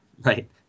Right